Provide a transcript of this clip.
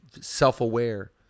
self-aware